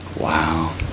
wow